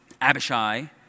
Abishai